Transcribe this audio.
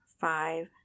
five